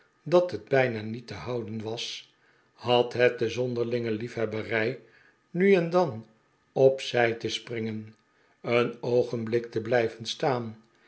dat het bijna niet te houden was had het de zonderlinge liefhebberij nu en dan op zij te springen een oogenblik te blijven staan